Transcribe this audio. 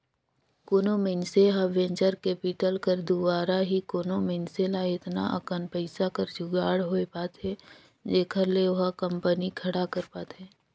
कोनो मइनसे ल वेंचर कैपिटल कर दुवारा ही कोनो मइनसे ल एतना अकन पइसा कर जुगाड़ होए पाथे जेखर ले ओहा कंपनी खड़ा कर पाथे